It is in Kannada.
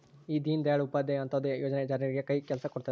ಈ ದೀನ್ ದಯಾಳ್ ಉಪಾಧ್ಯಾಯ ಅಂತ್ಯೋದಯ ಯೋಜನೆ ಜನರಿಗೆ ಕೈ ಕೆಲ್ಸ ಕೊಡುತ್ತೆ